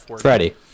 Freddy